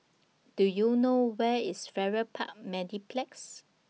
Do YOU know Where IS Farrer Park Mediplex